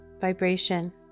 vibration